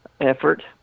effort